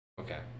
Okay